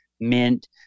mint